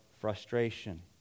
frustration